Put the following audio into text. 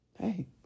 hey